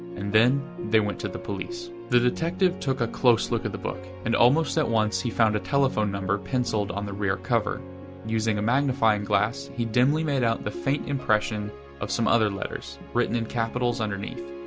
and they went to the police. the detective took a close look at the book. and almost at once he found a telephone number penciled on the rear cover using a magnifying glass, he dimly made out the faint impression of some other letters, written in capitals underneath.